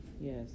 Yes